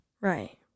Right